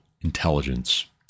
intelligence